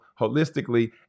holistically